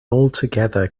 altogether